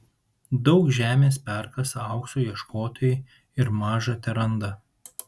daug žemės perkasa aukso ieškotojai ir maža teranda